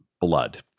blood